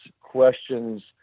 questions